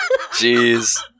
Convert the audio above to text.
Jeez